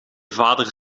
vader